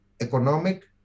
economic